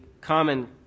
common